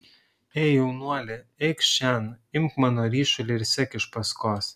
ei jaunuoli eikš šen imk mano ryšulį ir sek iš paskos